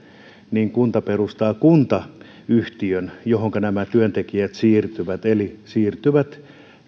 ja kunta perustaa kuntayhtiön johonka nämä työntekijät siirtyvät eli siirtyvät